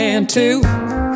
two